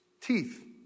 Teeth